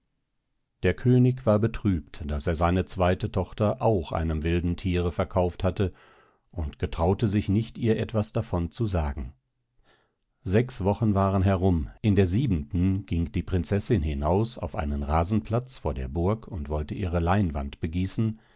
der könig war betrübt daß er seine zweite tochter auch einem wilden thiere verkauft hatte und getraute sich nicht ihr etwas davon zu sagen sechs wochen waren herum in der siebenten ging die prinzessin hinaus auf einen rasenplatz vor der burg und wollte ihre leinwand begießen